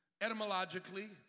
etymologically